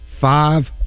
five